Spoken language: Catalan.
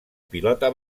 pilota